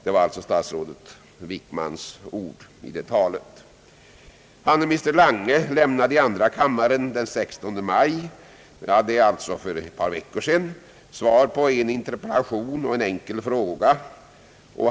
Det var alltså statsrådet Wickmans ord i det talet. Handelsminister Lange lämnade i andra kammaren den 16 maj — alltså för ett par veckor sedan — svar på en interpellation och en enkel fråga.